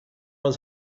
was